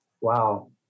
Wow